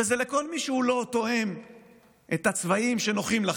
וזה לכל מי שלא תואם את הצבעים שלא נוחים לכם.